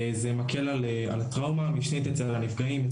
זה מקל על הטראומה המשנית אצל הנפגעים,